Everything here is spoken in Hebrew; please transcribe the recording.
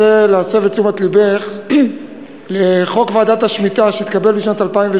אני רוצה להסב את תשומת לבך לחוק ועדת השמיטה שהתקבל בשנת 2008,